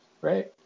right